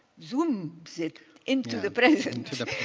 zooms it into the present.